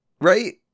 right